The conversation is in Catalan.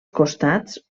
costats